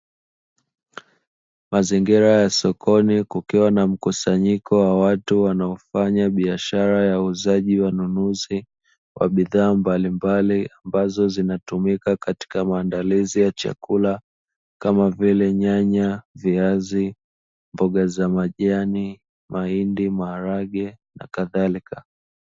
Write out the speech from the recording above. Mazingira ya sokoni kukiwa na mkusanyiko wa watu wanaofanya biashara ya uuzaji wa nunuzi wa bidhaa mbalimbali ambazo zinatumika katika maandalizi ya chakula, kama vile: nyanya, viazi, mboga za majani, mahindi, maharage, na kadhalika.